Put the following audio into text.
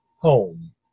home